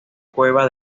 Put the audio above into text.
cueva